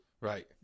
right